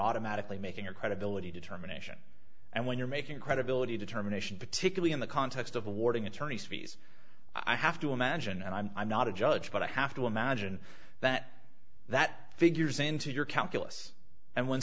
automatically making a credibility determination and when you're making a credibility determination particularly in the context of awarding attorneys fees i have to imagine and i'm i'm not a judge but i have to imagine that that figures into your calculus and when